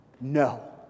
no